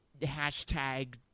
hashtag